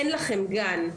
אין לכם גן.